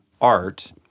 art